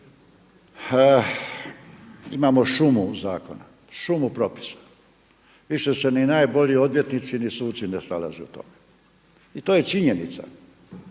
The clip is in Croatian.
imamo šumu zakona, šumu propisa. Više se ni najbolji odvjetnici ni suci ne snalaze u tome i to je činjenica.